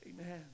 Amen